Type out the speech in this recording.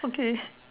okay